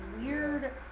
weird